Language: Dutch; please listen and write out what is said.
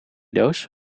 doos